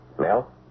Mel